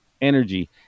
energy